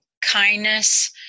kindness